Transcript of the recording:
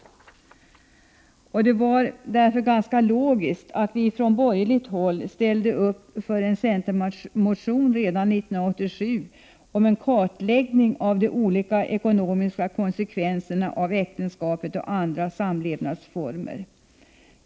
Det var därför ganska logiskt att vi från borgerligt håll redan 1987 ställde upp för en centermotion om en kartläggning av de olika ekonomiska konsekvenserna av äktenskapet och andra samlevnadsformer.